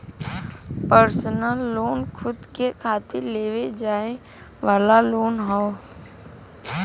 personal loan खुद के खातिर लेवे जाये वाला लोन हौ